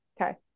Okay